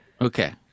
Okay